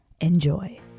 enjoy